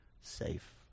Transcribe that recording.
safe